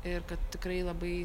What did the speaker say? ir kad tikrai labai